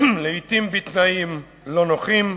לעתים בתנאים לא נוחים,